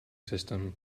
system